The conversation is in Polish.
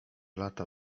lata